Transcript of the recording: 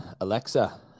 Alexa